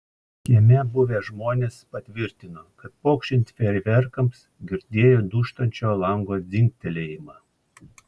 kieme buvę žmonės patvirtino kad pokšint fejerverkams girdėjo dūžtančio lango dzingtelėjimą